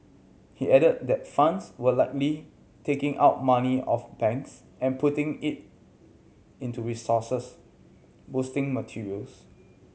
he added that funds were likely taking out money of banks and putting it into resources boosting materials